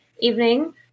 evening